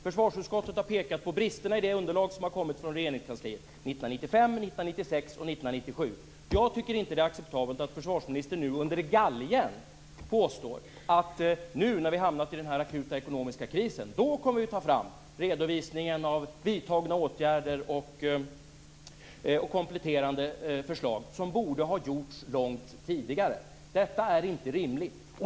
Försvarsutskottet har pekat på bristerna i det underlag som har kommit från Regeringskansliet 1995, 1996 och 1997. Jag tycker inte att det är acceptabelt att försvarsministern nu under galgen, när vi har hamnat i den akuta ekonomiska krisen, påstår att man kommer att ta fram redovisningen av vidtagna åtgärder och kompletterande förslag. Det borde ha gjorts långt tidigare. Detta är inte rimligt.